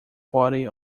party